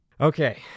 Okay